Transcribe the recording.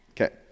Okay